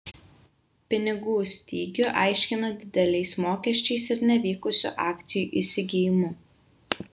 pinigų stygių aiškina dideliais mokesčiais ir nevykusiu akcijų įsigijimu